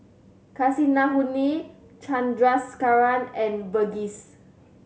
Kasinadhuni Chandrasekaran and Verghese